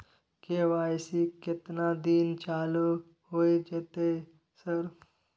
KYC केतना दिन चालू होय जेतै है सर?